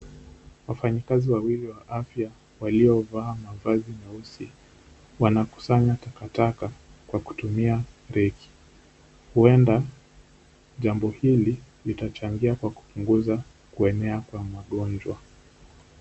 Wafanyikazi wawili wa afya waliovaa mavazi meusi wanakusanya takataka kwa kutumia reki. Huenda jambo hili litachangia kwa kupunguza kuenea kwa magonjwa.